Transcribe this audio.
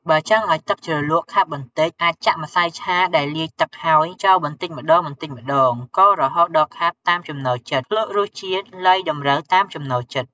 បើចង់ឲ្យទឹកជ្រលក់ខាប់បន្តិច អាចចាក់ម្សៅឆាដែលលាយទឹកហើយចូលបន្តិចម្តងៗ កូររហូតដល់ខាប់តាមចំណូលចិត្ត ភ្លក្សរសជាតិ លៃតម្រូវតាមចំណូលចិត្ត។